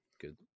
good